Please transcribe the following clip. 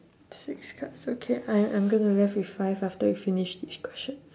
six cards okay I I'm gonna left with five after we finish this question